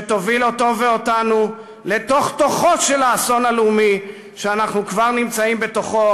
שתוביל אותו ואותנו לתוך-תוכו של האסון הלאומי שאנחנו כבר נמצאים בתוכו,